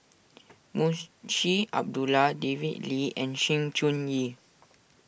Munshi Abdullah David Lee and Sng Choon Yee